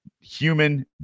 human